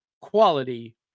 quality